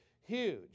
huge